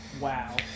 Wow